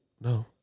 No